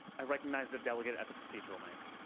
i recognize the delegate at the procedural mic.